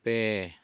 ᱯᱮ